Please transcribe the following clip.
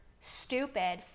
stupid